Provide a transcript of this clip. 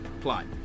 plot